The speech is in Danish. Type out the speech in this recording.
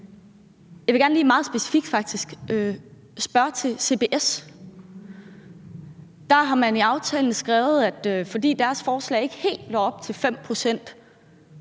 faktisk, spørge til CBS. Der har man i aftalen skrevet, at fordi deres forslag ikke helt når op på 5 pct.,